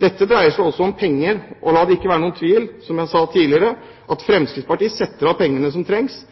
Dette dreier seg også om penger, og la det ikke være noen tvil om – som jeg sa tidligere – at Fremskrittspartiet setter av pengene som trengs.